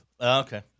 Okay